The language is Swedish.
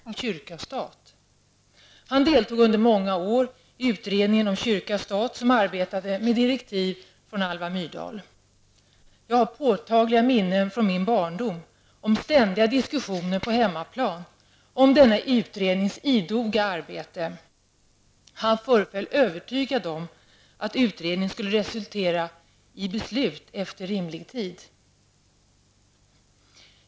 Herr talman! Till dagens debatt, angående vissa kyrkliga frågor, vill jag gärna komma med några personliga reflektioner. Min far, Åke Zetterberg, var riksdagsledamot från Stockholm för socialdemokraterna under många år. Han var ordförande i Broderskapsrörelsen och han hade den ovanliga kombinationen att samtidigt vara präst, pastor primarius, och självklart mycket engagerad i frågan om kyrka--stat. Han deltog under många år i utredningen om kyrka--stat, som arbetade med direktiv från Alva Myrdal. Jag har påtagliga minnen från min barndom om ständiga diskussioner på hemmaplan om denna utrednings idoga arbete. Han föreföll övertygad om att utredningen skulle resultera i beslut efter rimlig tid.